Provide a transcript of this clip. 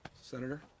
Senator